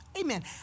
Amen